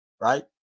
right